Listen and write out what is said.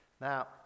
Now